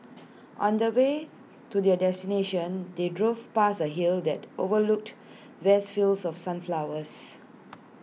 on the way to their destination they drove past A hill that overlooked vast fields of sunflowers